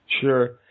Sure